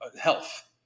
health